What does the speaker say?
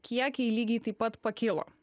kiekiai lygiai taip pat pakilo